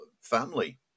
family